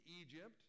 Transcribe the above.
Egypt